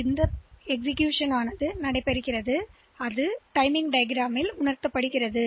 எனவேநேர வரைபடத்திலிருந்து அதைக் காணலாம் இன்ஸ்டிரக்ஷன்ல்களின்